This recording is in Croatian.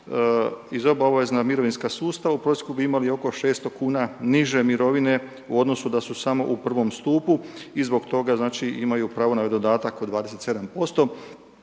iz obaveznog mirovinskog sustava, u prosjeku bi imali oko 600 kuna niže mirovine u odnosu da su samo u prvom stupu i zbog toga znači maju pravo na ovaj dodatak od 27%